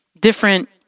different